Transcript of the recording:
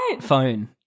phone